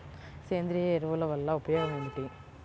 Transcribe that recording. సేంద్రీయ ఎరువుల వల్ల ఉపయోగమేమిటీ?